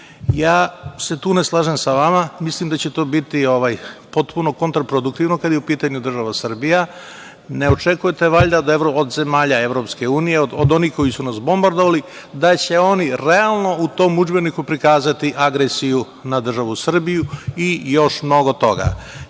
se tu ne slažem sa vama. Mislim da će to biti potpuno kontraproduktivno kada je u pitanju država Srbija. Ne očekujete valjda od zemalja EU, od onih koji su nas bombardovali da će oni realno u tom udžbeniku prikazati agresiju na državu Srbiju i još mnogo toga.